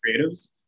creatives